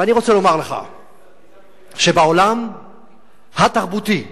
ואני רוצה לומר לך שבעולם התרבותי מקובל,